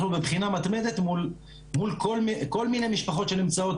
אנחנו בבחינה מתמדת מול כל מיני משפחות שנמצאות